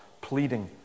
pleading